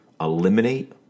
eliminate